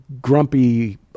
grumpy